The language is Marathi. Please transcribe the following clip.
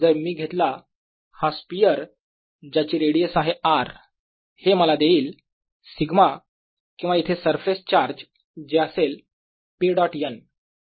जर मी घेतला हा स्पियर ज्याची रेडियस आहे R हे मला देईल σ किंवा इथे सरफेस चार्ज जे असेल p डॉट n